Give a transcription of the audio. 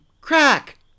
Crack